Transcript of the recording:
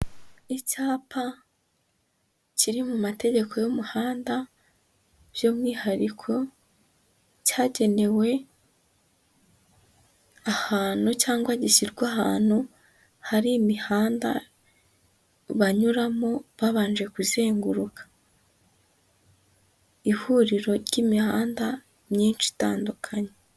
Icyapa kiri mu mategeko y'umuhanda by'umwihariko cyagenewe ahantu gishyirwa ahantu hari imihanda banyuramo babanje kuzenguruka, ihuriro ry'imihanda myinshi itandukanye.